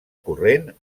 corrent